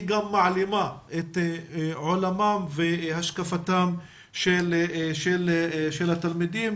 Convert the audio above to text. גם מעלימה את עולמם והשקפתם של התלמידים.